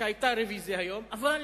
שהיתה רוויזיה היום, אבל